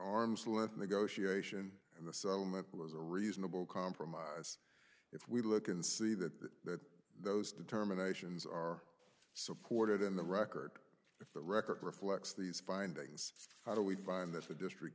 length negotiation and the settlement was a reasonable compromise if we look and see that those determinations are supported in the record if the record reflects these findings how do we find that the district